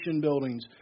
buildings